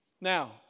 Now